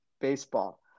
baseball